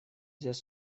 взять